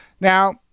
Now